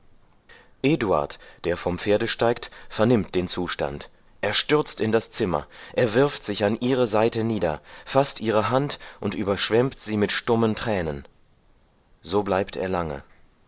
eduard der vom pferde steigt vernimmt den zustand er stürzt in das zimmer er wirft sich an ihre seite nieder faßt ihre hand und überschwemmt sie mit stummen tränen so bleibt er lange